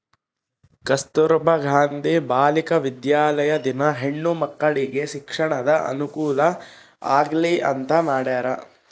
ಕಸ್ತುರ್ಭ ಗಾಂಧಿ ಬಾಲಿಕ ವಿದ್ಯಾಲಯ ದಿನ ಹೆಣ್ಣು ಮಕ್ಕಳಿಗೆ ಶಿಕ್ಷಣದ ಅನುಕುಲ ಆಗ್ಲಿ ಅಂತ ಮಾಡ್ಯರ